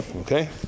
Okay